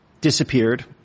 disappeared